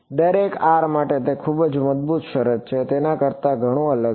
દરેક r માટે તે ખૂબ જ મજબૂત શરત છે તેના કરતાં આ ઘણું અલગ છે